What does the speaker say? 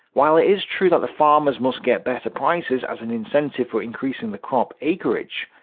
while it is true that the farmers must get better prices as an incentive for increasing the crop acreage,